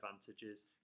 advantages